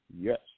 Yes